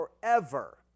forever